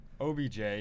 OBJ